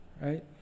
right